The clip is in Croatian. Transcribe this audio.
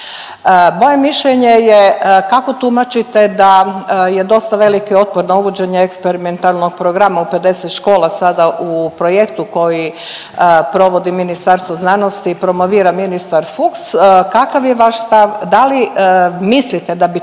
Moje mišljenje je kako tumačite da je dosta veliki otpor na uvođenje eksperimentalnog programa u 50 škola sada u projektu koji provodi Ministarstvo znanosti i promovira ministar Fuchs, kakav je vaš stav, da li mislite da bi to bilo